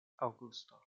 aŭgusto